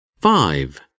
Five